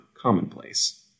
commonplace